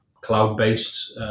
cloud-based